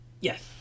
Yes